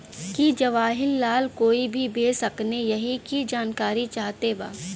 की जवाहिर लाल कोई के भेज सकने यही की जानकारी चाहते बा?